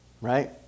Right